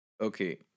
Okay